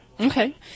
Okay